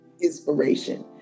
inspiration